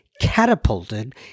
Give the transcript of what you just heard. catapulted